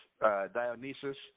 Dionysus